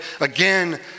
again